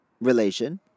relation